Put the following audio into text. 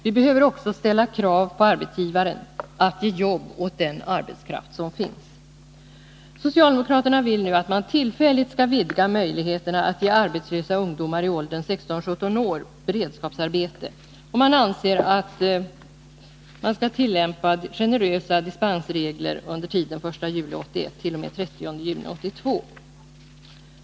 Vi behöver också ställa krav på arbetsgivaren att denne ger jobb åt den arbetskraft som finns. Socialdemokraterna vill nu att man tillfälligt skall vidga möjligheterna att ge arbetslösa ungdomar i åldern 16-17 år beredskapsarbete. Man anser att generösa dispensregler skall tillämpas under tiden 1 juli 1981-30 juni 1982.